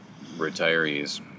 Retirees